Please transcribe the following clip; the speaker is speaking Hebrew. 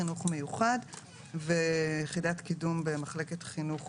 חינוך מיוחד ויחידת קידום במחלקת חינוך